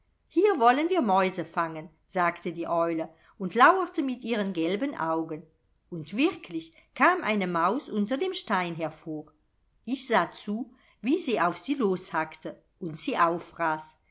hier wollen wir mäuse fangen sagte die eule und lauerte mit ihren gelben augen und wirklich kam eine maus unter dem stein hervor ich sah zu wie sie auf sie loshackte und sie auffraß